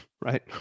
right